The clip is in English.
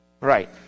Right